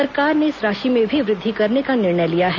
सरकार ने इस राशि में भी वृद्वि करने का निर्णय लिया है